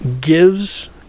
gives